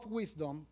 wisdom